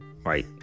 Right